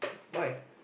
why